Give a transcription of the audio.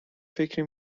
فکری